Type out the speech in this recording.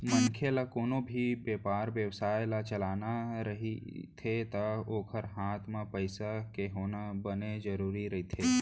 मनखे ल कोनो भी बेपार बेवसाय ल चलाना रहिथे ता ओखर हात म पइसा के होना बने जरुरी रहिथे